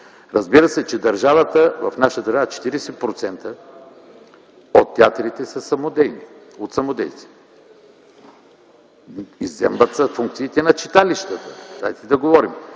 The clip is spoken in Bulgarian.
Разбира се, че в държавата, в наши времена 40% от театрите са самодейни, от самодейци. Изземват се функциите на читалищата, дайте да говорим.